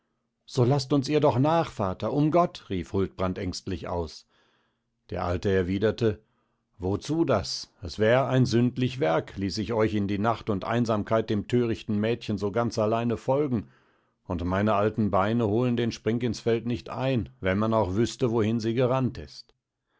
so laßt uns ihr doch nach vater um gott rief huldbrand ängstlich aus der alte erwiderte wozu das es wär ein sündlich werk ließ ich euch in nacht und einsamkeit dem törichten mädchen so ganz alleine folgen und meine alten beine holen den springinsfeld nicht ein wenn man auch wüßte wohin sie gerannt ist